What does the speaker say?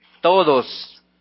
todos